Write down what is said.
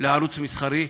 לערוץ מסחרי.